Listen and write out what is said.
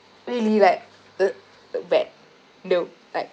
really like the the back the like